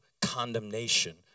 condemnation